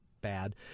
bad